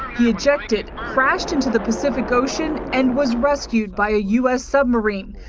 he ejected, crashed into the pacific ocean, and was rescued by a u s. submarine.